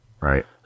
right